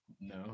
No